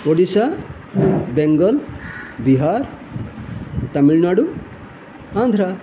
Odisha Bengal Bihar Tamil Nadu Andhra